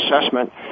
assessment